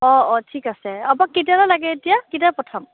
অ অ ঠিক আছে আপোনাক কেতিয়ালৈ লাগে এতিয়া কেতিয়া পঠাম